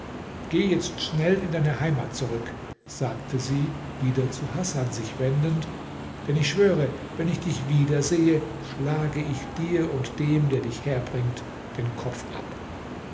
geh jetzt schnell in deine heimat zurück sagte sie wieder zu hasan sich wendend denn ich schwöre wenn ich dich wieder sehe schlage ich dir und dem der dich herbringt den kopf ab